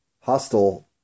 hostile